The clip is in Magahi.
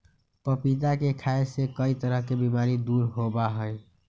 पपीता के खाय से कई तरह के बीमारी दूर होबा हई